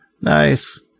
Nice